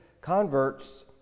converts